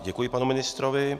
Děkuji panu ministrovi.